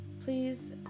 please